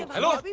hello?